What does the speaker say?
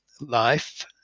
life